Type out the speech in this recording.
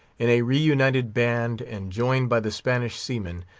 in a reunited band, and joined by the spanish seamen,